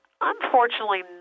unfortunately